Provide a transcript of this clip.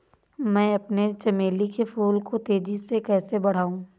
मैं अपने चमेली के फूल को तेजी से कैसे बढाऊं?